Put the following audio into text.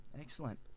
Excellent